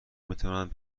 میتوانند